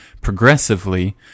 progressively